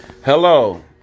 Hello